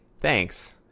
thanks